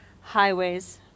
highways